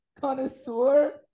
connoisseur